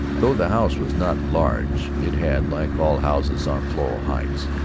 though the house was not large it had, like all houses on floral heights,